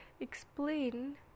explain